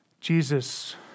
Jesus